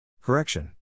Correction